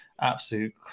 absolute